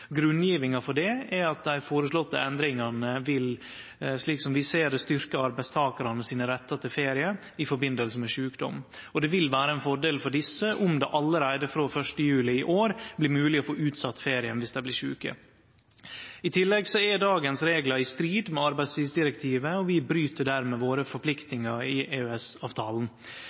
dei føreslåtte endringane, slik som vi ser det, vil styrkje arbeidstakaranes rett til ferie i forbindelse med sjukdom. Det vil vere ein fordel for desse om det allereie frå 1. juli i år blir mogleg å få utsett ferien, viss dei blir sjuke. I tillegg er dagens reglar i strid med arbeidstidsdirektivet, og vi bryt dermed våre forpliktingar etter EØS-avtalen. Dette talar sterkt for at reglane bør endrast så snart som råd, slik at norsk regelverk blir i